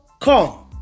come